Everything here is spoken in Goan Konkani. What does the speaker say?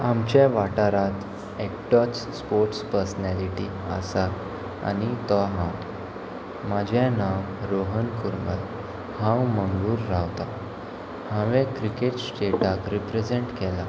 आमच्या वाठारांत एकटोच स्पोर्ट्स पर्सनेलिटी आसा आनी तो हांव म्हाजें नांव रोहन कुर्मल हांव मंगूर रावतां हांवें क्रिकेट स्टेटाक रिप्रेजेंट केलां